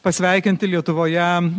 pasveikinti lietuvoje